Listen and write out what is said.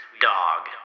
Dog